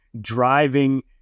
driving